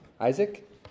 Isaac